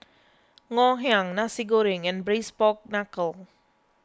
Ngoh Hiang Nasi Goreng and Braised Pork Knuckle